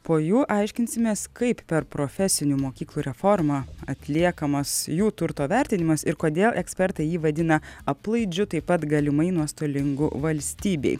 po jų aiškinsimės kaip per profesinių mokyklų reformą atliekamas jų turto vertinimas ir kodėl ekspertai jį vadina aplaidžiu taip pat galimai nuostolingu valstybei